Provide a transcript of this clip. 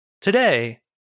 Today